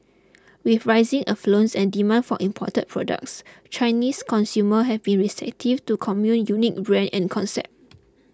with rising affluence and demand for imported products Chinese consumers have been receptive to Commune unique brand and concept